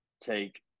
take